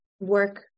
work